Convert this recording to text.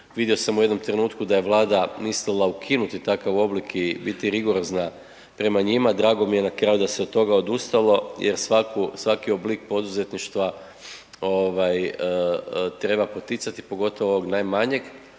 Vido sam u jednom trenutku da je Vlada mislila ukinuti takav oblik i biti rigorozna prema njima. Drago mi je na kraju da se od toga odustalo jer svaki oblik poduzetništva treba poticati pogotovo ovog najmanjeg